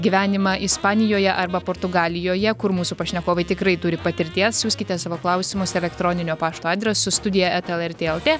gyvenimą ispanijoje arba portugalijoje kur mūsų pašnekovai tikrai turi patirties siųskite savo klausimus elektroninio pašto adresu studija eta lrt lt